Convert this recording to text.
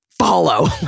Follow